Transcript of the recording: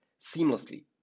seamlessly